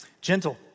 Gentle